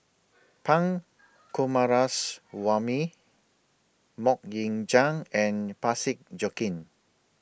Pun Coomaraswamy Mok Ying Jang and Parsick Joaquim